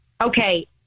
Okay